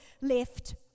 left